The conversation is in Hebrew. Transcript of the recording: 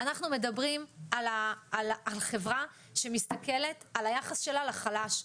אנחנו מדברים על חברה שמסתכלת על היחס שלה לחלש.